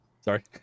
sorry